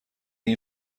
این